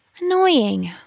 Annoying